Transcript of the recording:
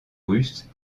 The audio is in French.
russe